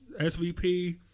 SVP